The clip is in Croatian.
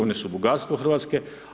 One su bogatstvo Hrvatske.